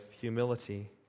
humility